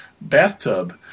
bathtub